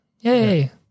Yay